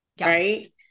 right